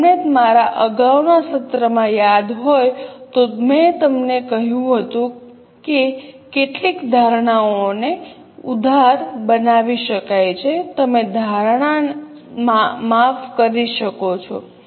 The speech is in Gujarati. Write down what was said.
જો તમને મારા અગાઉના સત્રમાં યાદ હોય તો મેં તમને કહ્યું હતું કે કેટલીક ધારણાઓને ઉદાર બનાવી શકાય છે તમે ધારણા માફ કરી શકો છો